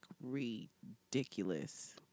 ridiculous